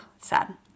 Sad